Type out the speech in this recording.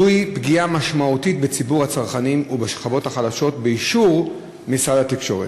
זו פגיעה משמעותית בציבור הצרכנים ובשכבות החלשות באישור משרד התקשורת.